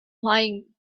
lying